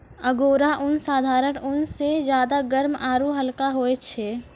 angora ऊन साधारण ऊन स ज्यादा गर्म आरू हल्का होय छै